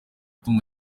tanu